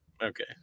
Okay